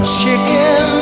chicken